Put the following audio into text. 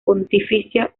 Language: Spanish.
pontificia